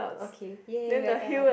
okay !yay! we're done